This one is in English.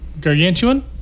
Gargantuan